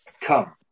come